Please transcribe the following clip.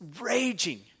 raging